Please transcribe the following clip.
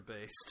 based